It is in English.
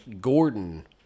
Gordon